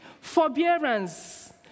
forbearance